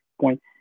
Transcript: point